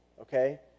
okay